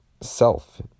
self